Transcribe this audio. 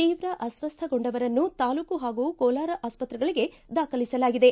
ತೀವ್ರ ಅಸ್ವಸ್ಥಗೊಂಡವರನ್ನು ತಾಲ್ಲೂಕು ಹಾಗೂ ಕೋಲಾರ ಆಸ್ಪತ್ರೆಗಳಿಗೆ ದಾಖಲಿಸಲಾಗಿದೆ